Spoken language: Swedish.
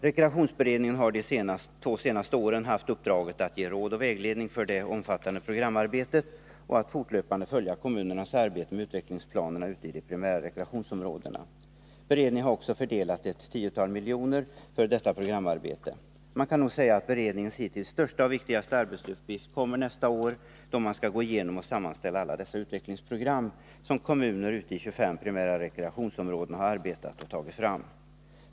Rekreationsberedningen har de två senaste åren haft uppdraget att ge råd och vägledning för det omfattande programarbetet och att fortlöpande följa kommunernas arbete med utvecklingsplanerna ute i de primära rekreationsområdena. Beredningen har också fördelat ett tiotal miljoner för detta programarbete. Man kan nog säga att beredningens hittills största och viktigaste arbetsuppgift kommer nästa år, då man skall gå genom och sammanställa alla dessa utvecklingsprogram, som kommuner i 25 primära rekreationsområden har tagit fram.